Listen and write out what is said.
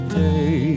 day